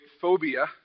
phobia